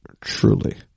truly